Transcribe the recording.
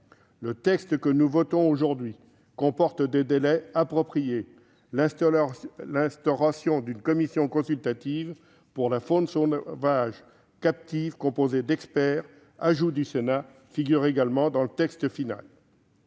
Le texte que nous votons aujourd'hui comporte des délais appropriés. L'instauration de la commission nationale consultative pour la faune sauvage captive, composée d'experts, ajout du Sénat, figure également dans le texte final.